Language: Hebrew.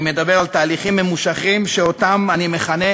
אני מדבר על תהליכים ממושכים שאותם אני מכנה